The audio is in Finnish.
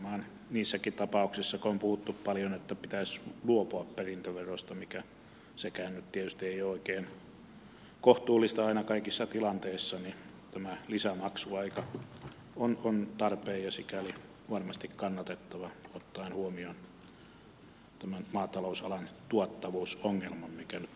varmaan niissäkin tapauksissa kun on puhuttu paljon että pitäisi luopua perintöverosta mikä sekään nyt tietysti ei ole oikein kohtuullista aina kaikissa tilanteissa tämä lisämaksuaika on tarpeen ja sikäli varmasti kannatettava ottaen huomioon tämän maatalousalan tuottavuusongelman mikä